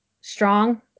strong